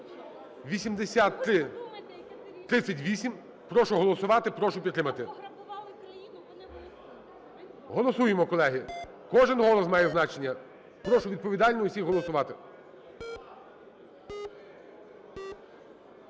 8338. Прошу голосувати, прошу підтримати. Голосуємо, колеги. Кожен голос має значення. Прошу відповідально всіх голосувати.